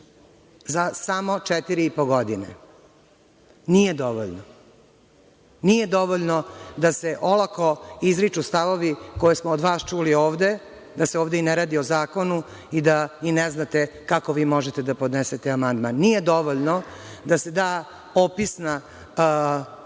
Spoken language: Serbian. Samo četiri i po godine nije dovoljno. Nije dovoljno da se olako izriču stavovi koje smo od vas čuli ovde da se ovde i ne radi o zakonu i da ne i ne znate kako vi možete da podnesete amandman. Nije dovoljno da se da opisna